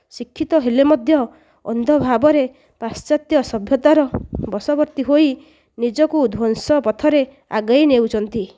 ଶିକ୍ଷିତ ହେଲେ ମଧ୍ୟ ଅନ୍ଧ ଭାବରେ ପାଶ୍ଚାତ୍ୟ ସଭ୍ୟତାର ବଶବର୍ତ୍ତୀ ହୋଇ ନିଜକୁ ଧ୍ଵଂସ ପଥରେ ଆଗେଇ ନେଉଛନ୍ତି